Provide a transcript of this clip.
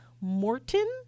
Morton